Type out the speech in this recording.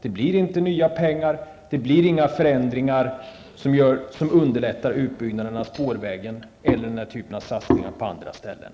Det blir inga nya pengar, och det blir inga förändringar som underlättar utbyggnaden av spårvägen eller andra satsningar av den här typen på andra ställen.